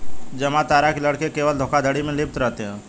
जामतारा के लड़के केवल धोखाधड़ी में लिप्त रहते हैं